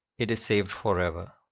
it is saved forever.